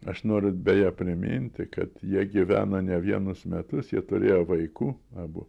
aš noriu beje priminti kad jie gyvena ne vienus metus jie turėjo vaikų abu